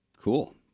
Cool